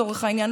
לצורך העניין,